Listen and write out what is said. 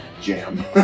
jam